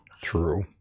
True